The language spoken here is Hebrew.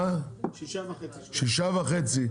6.5,